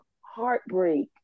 heartbreak